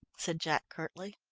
said jack curtly.